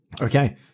Okay